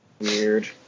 weird